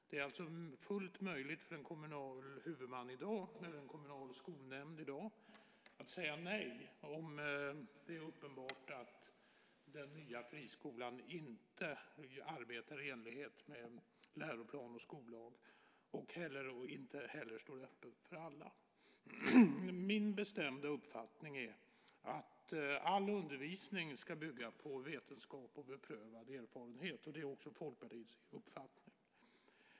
Det är alltså fullt möjligt för en kommunal huvudman och för en kommunal skolnämnd i dag att säga nej om det är uppenbart att den nya friskolan inte arbetar i enlighet med läroplan och skollag och inte heller står öppen för alla. Min bestämda uppfattning är att all undervisning ska bygga på vetenskap och beprövad erfarenhet. Det är också Folkpartiets uppfattning.